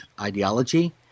ideology